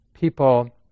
people